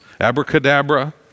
Abracadabra